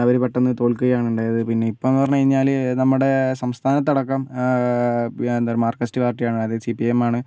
അവർ പെട്ടെന്ന് തോൽക്കുകയാണ് ഉണ്ടായത് പിന്നെ ഇപ്പം എന്ന് പറഞ്ഞുകഴിഞ്ഞാൽ നമ്മുടെ സംസ്ഥാനത്തടക്കം എന്താണ് മാർക്സിസ്റ്റ് പാർട്ടി ആണ് അത് സി പി എം ആണ്